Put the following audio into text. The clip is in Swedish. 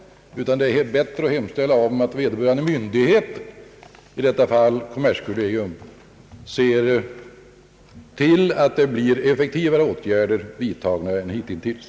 Det är bättre att hemställa om att vederbörande myndigheter, i detta fall kommerskollegium, ser till att det vidtas effektivare åtgärder än hittills.